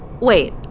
Wait